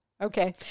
Okay